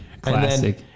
classic